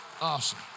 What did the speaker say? Awesome